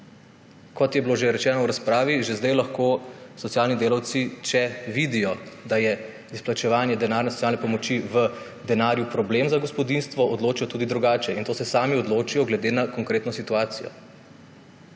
Kot je bilo že rečeno v razpravi, že zdaj lahko socialni delavci, če vidijo, da je izplačevanje denarne socialne pomoči v denarju problem za gospodinjstvo, odločijo tudi drugače. In to se sami odločijo glede na konkretno situacijo.